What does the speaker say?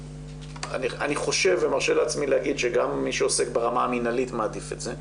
אני חושב ומרשה לעצמי להגיד שגם מי שעוסק ברמה המנהלית מעדיף את זה,